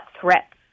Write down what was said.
threats